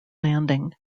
landing